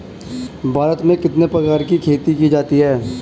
भारत में कितने प्रकार की खेती की जाती हैं?